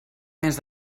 més